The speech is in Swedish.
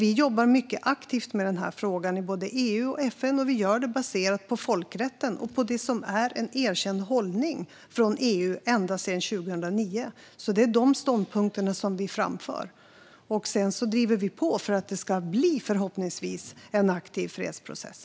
Vi jobbar mycket aktivt med denna fråga i både EU och FN, och vi gör detta baserat på folkrätten och på det som varit en erkänd hållning från EU ända sedan 2009. Det är dessa ståndpunkter vi framför. Sedan driver vi på för att det förhoppningsvis ska bli en aktiv fredsprocess.